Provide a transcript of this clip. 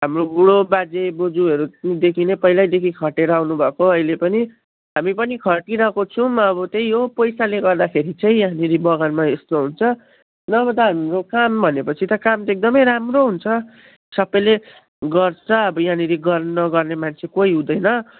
हाम्रो बुढो बाजे बोजूहरूदेखि नै पहिल्यैदेखि खटेर आउनु भएको अहिले पनि हामी पनि खटिरहेको छौँ अब त्यही हो पैसाले गर्दाखेरि चाहिँ यहाँनिर बगानमा यस्तो हुन्छ नभए त हाम्रो काम भनेपछि त काम त एकदमै राम्रो हुन्छ सबैले गर्छ अब यहाँनिर गर् नगर्ने मान्छे कोही हुँदैन